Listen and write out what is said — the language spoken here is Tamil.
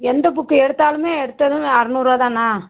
எந்த புக்கு எடுத்தாலுமே எடுத்ததும் அறநூற்ரூவா தானா